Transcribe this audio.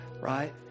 right